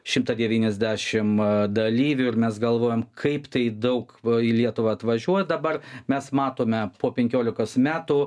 šimtą devyniasdešim dalyvių ir mes galvojom kaip tai daug va į lietuvą atvažiuoja dabar mes matome po penkiolikos metų